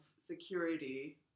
security